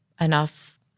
enough